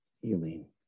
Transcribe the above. healing